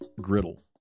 griddle